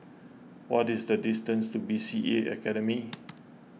what is the distance to B C A Academy